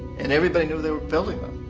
and everybody knew they were building them.